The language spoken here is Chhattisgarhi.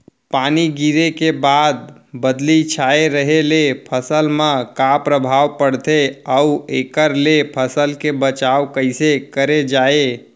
पानी गिरे के बाद बदली छाये रहे ले फसल मा का प्रभाव पड़थे अऊ एखर ले फसल के बचाव कइसे करे जाये?